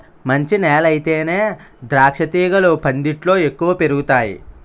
మంచి నేలయితేనే ద్రాక్షతీగలు పందిట్లో ఎక్కువ పెరుగతాయ్